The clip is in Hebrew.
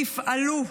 תפעלו.